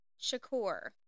Shakur